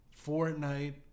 Fortnite